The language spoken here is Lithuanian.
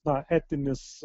na etinis